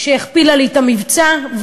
שהכפילה לי את המבצע,